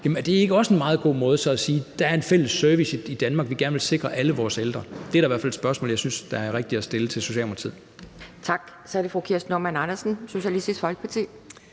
Er det ikke også en meget god måde at sige, at der er en fælles service i Danmark, vi gerne vil sikre alle vores ældre? Det er da i hvert fald et spørgsmål, jeg synes er rigtigt at stille Socialdemokratiet. Kl. 11:41 Anden næstformand (Pia Kjærsgaard): Tak. Så er det fru Kirsten Normann Andersen, Socialistisk Folkeparti.